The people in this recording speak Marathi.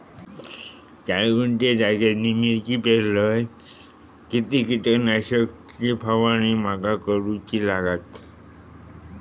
चार गुंठे जागेत मी मिरची पेरलय किती कीटक नाशक ची फवारणी माका करूची लागात?